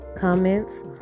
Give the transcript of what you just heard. comments